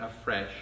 afresh